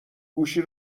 گوشی